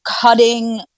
cutting